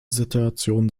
situation